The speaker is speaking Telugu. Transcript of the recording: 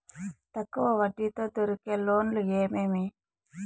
తక్కువ వడ్డీ తో దొరికే లోన్లు ఏమేమీ?